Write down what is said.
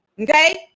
okay